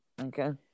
Okay